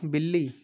بلّی